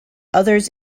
others